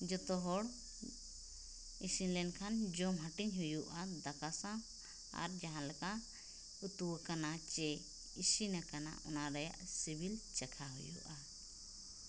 ᱡᱚᱛᱚ ᱦᱚᱲ ᱤᱥᱤᱱ ᱞᱮᱱᱠᱷᱟᱱ ᱡᱚᱢ ᱦᱟᱹᱴᱤᱧ ᱦᱩᱭᱩᱜᱼᱟ ᱫᱟᱠᱟ ᱥᱟᱶ ᱟᱨ ᱡᱟᱦᱟᱸ ᱞᱮᱠᱟ ᱩᱛᱩᱣᱟᱠᱟᱱᱟ ᱥᱮ ᱤᱥᱤᱱ ᱟᱠᱟᱱᱟ ᱚᱱᱟ ᱨᱮᱭᱟᱜ ᱥᱤᱵᱤᱞ ᱪᱟᱠᱷᱟ ᱦᱩᱭᱩᱜᱼᱟ